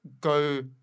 go